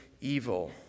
evil